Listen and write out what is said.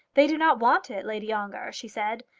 they do not want it, lady ongar, she said.